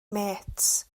mêts